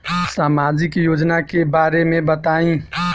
सामाजिक योजना के बारे में बताईं?